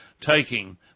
taking